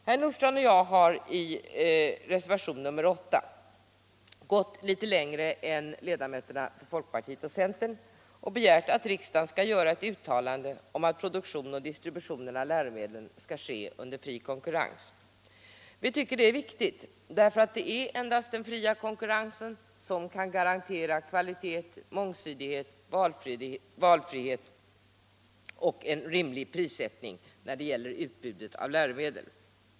Herr Nordstrandh och jag har i reservationen 8 gått litet längre än ledamöterna i folkpartiet och centern och begärt att riksdagen skall göra ett uttalande om att produktion och distribution skall ske under fri konkurrens. Vi tycker att det är viktigt. Det är endast den fria konkurrensen som kan garantera kvalitet, mångsidighet, och en rimlig prissättning när det gäller utbudet av läromedel.